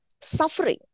suffering